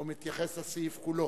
או מתייחס לסעיף כולו.